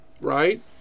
right